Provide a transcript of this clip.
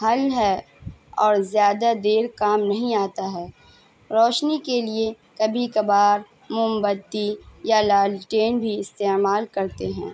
حل ہے اور زیادہ دیر کام نہیں آتا ہے روشنی کے لیے کبھی کبھار مومبتی یا لالٹین بھی استعمال کرتے ہیں